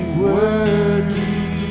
worthy